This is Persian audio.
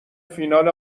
فینال